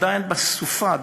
עוד בסופה,